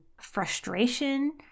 frustration